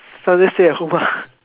Sunday stay at home ah